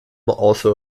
also